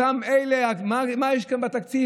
אותן אלה, אז מה יש כאן בתקציב?